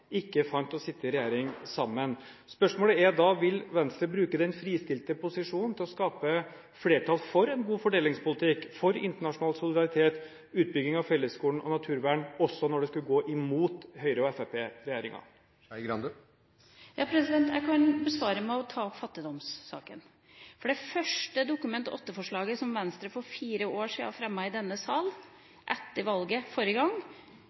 ikke fant å kunne sitte i regjering sammen. Spørsmålet er da: Vil Venstre bruke den fristilte posisjonen til å skape flertall for en god fordelingspolitikk, for internasjonal solidaritet, for utbygging av fellesskolen og for naturvern også når det skulle gå imot Høyre–Fremskrittsparti-regjeringen? Jeg kan besvare med å ta opp fattigdomssaken. Det første Dokument nr. 8-forslaget som Venstre fremmet i denne salen for fire år siden, etter valget forrige gang,